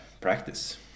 practice